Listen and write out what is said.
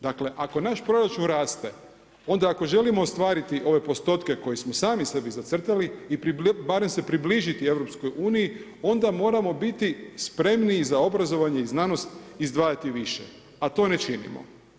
Dakle, ako naš proračun raste, onda ako želimo ostvariti ove postotke koje smo sami sebi zacrtali i barem se približiti EU, onda moramo biti spremnije za obrazovanje i znanost i izdvajati više, a to ne činimo.